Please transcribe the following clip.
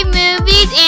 movies